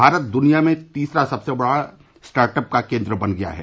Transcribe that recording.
भारत द्निया में तीसरा सबसे बड़ा स्टार्ट अप का केन्द्र बन गया है